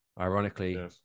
Ironically